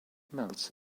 melts